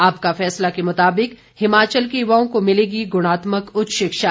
आपका फैसला के मुताबिक हिमाचल के युवाओं को मिलेगी गुणात्मक उच्च शिक्षा